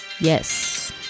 Yes